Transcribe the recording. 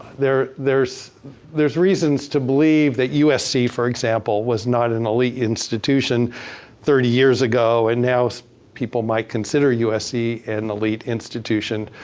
there's there's reasons to believe that usc, for example, was not an elite institution thirty years ago. and now so people might consider usc an elite institution.